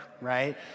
right